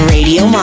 Radio